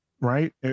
right